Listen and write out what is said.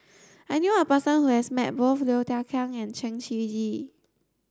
I knew a person who has met both Low Thia Khiang and Chen Shiji